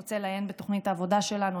מי שרוצה לעיין בתוכנית העבודה שלנו,